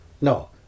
no